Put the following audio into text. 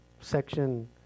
section